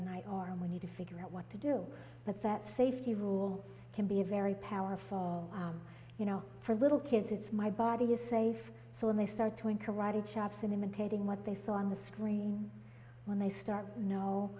and i are and we need to figure out what to do but that safety rule can be very powerful you know for little kids it's my body is safe so when they start to in karate chops and imitating what they saw on the screen when they start